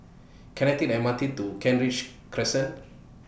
Can I Take The M R T to Kent Ridge Crescent